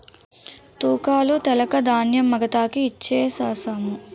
తూకాలు తెలక ధాన్యం మగతాకి ఇచ్ఛేససము